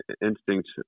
instinct